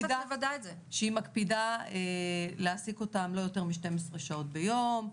שהיא מקפידה להעסיק אותם לא יותר מ-12 שעות ביום,